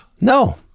No